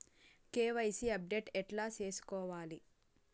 KYC update ఎట్లా సేసుకోవాలి?